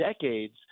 decades